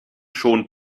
schon